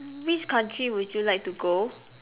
which country would you like to go